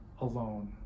alone